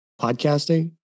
podcasting